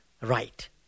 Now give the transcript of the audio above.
right